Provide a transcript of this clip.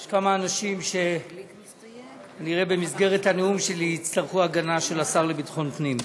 יש כמה אנשים שכנראה במסגרת הנאום שלי יצטרכו הגנה של השר לביטחון פנים.